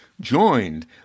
joined